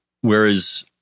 whereas